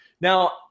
Now